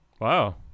wow